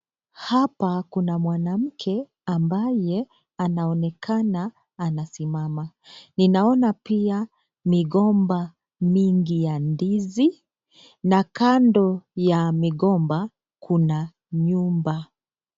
Hapa kuna mwanamke ambaye anaonekana anasimama, ninaona pia migomba mingi ya ndizi na kando ya migomba kuna nyumba.